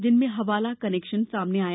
जिनमें हवाले का कनेक्शन सामने आया